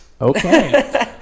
okay